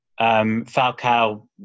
Falcao